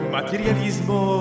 Materialismo